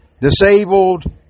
disabled